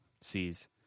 sees